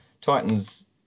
Titans